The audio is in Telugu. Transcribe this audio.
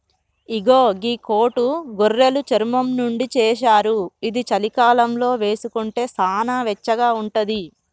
ఇగో గీ కోటు గొర్రెలు చర్మం నుండి చేశారు ఇది చలికాలంలో వేసుకుంటే సానా వెచ్చగా ఉంటది